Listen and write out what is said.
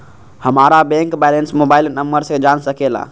हमारा bank balance mobile number से जान सके ला?